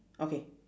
okay